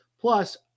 Plus